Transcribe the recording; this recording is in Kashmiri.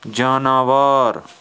جاناوار